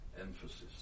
emphasis